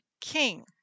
king